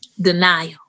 denial